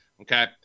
Okay